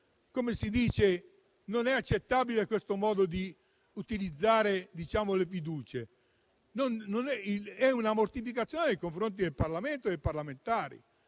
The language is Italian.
ragione, non è accettabile un simile modo di utilizzare le fiducie. È una mortificazione nei confronti del Parlamento e dei parlamentari.